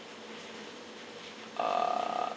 uh